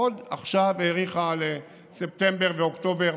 עכשיו עוד האריכו לספטמבר ואוקטובר.